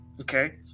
okay